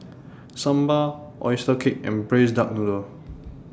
Sambal Oyster Cake and Braised Duck Noodle